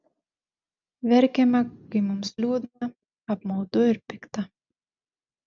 verkiame kai mums liūdna apmaudu ir pikta